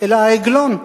אלא העגלון,